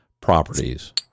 Properties